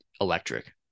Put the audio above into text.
electric